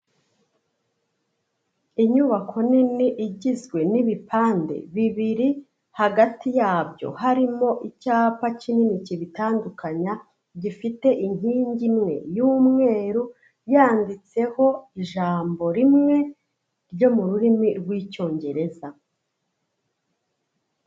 Inyubako nini igizwe n'ibipande bibiri, hagati yabyo harimo icyapa kinini kibitandukanya, gifite inkingi imwe y'umweru yanditseho ijambo rimwe ryo mu rurimi rw'icyongereza.